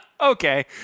okay